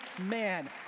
man